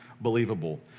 believable